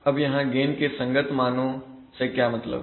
अब यहां गेन के संगत मानों से क्या मतलब है